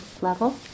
level